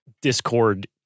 Discord